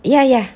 ya ya